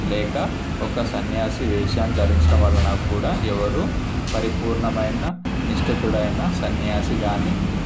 లేక ఒక సన్యాసి వేషం ధరించడం వల్లన కూడ ఎవరు పరిపూర్ణమైన నిష్టితుడైన సన్యాసి కాని